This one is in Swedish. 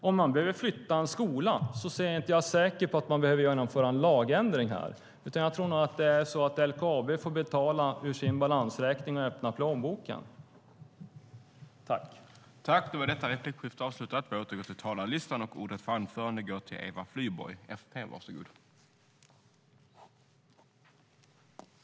Om man behöver flytta en skola är jag inte säker på att man behöver genomföra en lagändring, utan jag tror nog att det är så att LKAB får öppna plånboken och betala ur sin balansräkning.